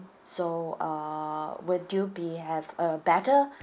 so uh would you be have a better